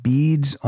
Beads